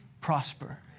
prosper